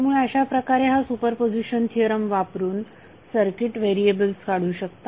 त्यामुळे अशा प्रकारे हा सुपरपोझिशन थिअरम वापरून सर्किट व्हेरिएबल्स काढू शकता